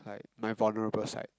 my vulnerable side